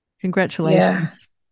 Congratulations